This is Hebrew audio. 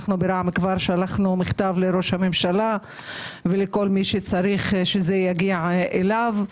ברע"מ כבר שלחנו מכתב לראש הממשלה ולכל מי שצריך שיגיע אליו.